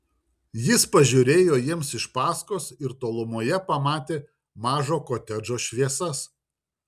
jis pažiūrėjo jiems iš paskos ir tolumoje pamatė mažo kotedžo šviesas